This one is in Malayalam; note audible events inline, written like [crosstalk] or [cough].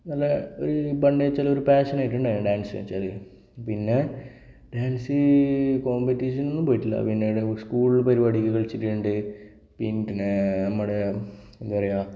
നല്ല ഒരു [unintelligible] വച്ചാൽ പാഷനായിട്ടുണ്ടായിരുന്നു ഡാൻസ് എന്നു വച്ചാൽ പിന്നെ ഡാൻസ് കോംപിറ്റിഷന് ഒന്നും പോയിട്ടില്ല പിന്നീട് സ്കൂൾ പരിപാടിക്ക് കളിച്ചിട്ടുണ്ട് പിന്നെ നമ്മളെ എന്താണ് പറയുക